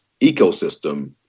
ecosystem